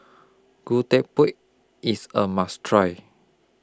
Gudeg Putih IS A must Try